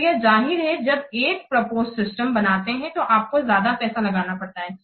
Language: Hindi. तो यह जाहिर है जब एक प्रपोज सिस्टम बनाते हैं तो आपको ज्यादा पैसा लगाना पड़ता है